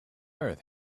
earth